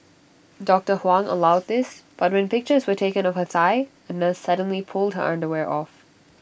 doctor Huang allowed this but when pictures were taken of her thigh A nurse suddenly pulled her underwear off